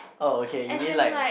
oh okay you mean like